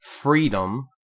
Freedom